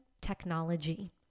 technology